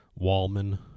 Wallman